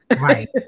right